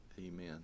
Amen